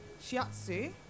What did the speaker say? shiatsu